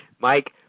Mike